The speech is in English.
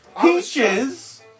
Peaches